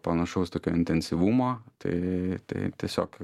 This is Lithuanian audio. panašaus tokio intensyvumo tai tai tiesiog